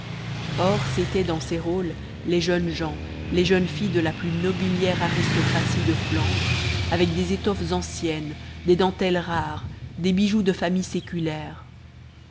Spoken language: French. or c'étaient dans ces rôles les jeunes gens les jeunes filles de la plus nobiliaire aristocratie de flandre avec des étoffes anciennes des dentelles rares des bijoux de famille séculaires